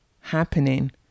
happening